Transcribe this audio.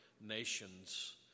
nation's